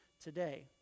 today